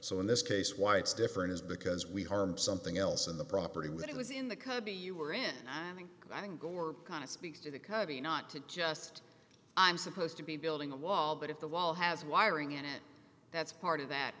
so in this case why it's different is because we harm something else in the property when it was in the cubby you were in bangalore kind of speaks to the coby not to just i'm supposed to be building a wall but if the wall has wiring in it that's part of that